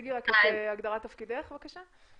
תציגי רק את הגדרת תפקידך, בבקשה.